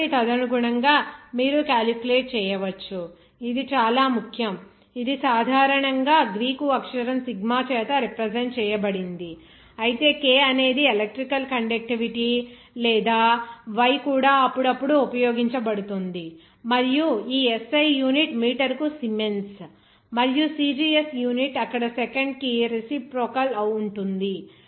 కాబట్టి తదనుగుణంగా మీరు క్యాలిక్యులేట్ చేయవచ్చు ఇది చాలా ముఖ్యం ఇది సాధారణంగా గ్రీకు అక్షరం సిగ్మా చేత రిప్రజెంట్ చేయబడింది అయితే K అనేది ఎలక్ట్రికల్ కండక్టివిటీ లేదా Y కూడా అప్పుడప్పుడు ఉపయోగించబడుతుంది మరియు ఈ SI యూనిట్ మీటరుకు సిమెన్స్ మరియు CGS యూనిట్ అక్కడ సెకండ్ కి రెసిప్రొకల్ ఉంటుంది